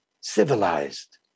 civilized